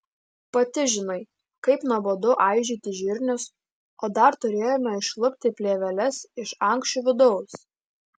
pati žinai kaip nuobodu aižyti žirnius o dar turėjome išlupti plėveles iš ankščių vidaus